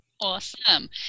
Awesome